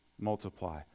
multiply